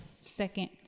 second